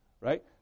right